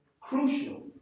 crucial